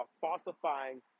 falsifying